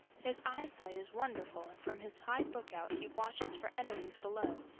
his eyesight is wonderful and from his high lookout he watches for enemies below,